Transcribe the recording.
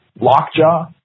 Lockjaw